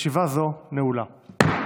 הישיבה הבאה תתקיים ביום שני, כ"ז באדר